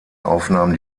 aufnahmen